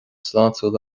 sláintiúil